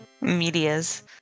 medias